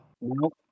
Nope